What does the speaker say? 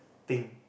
thing